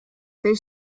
they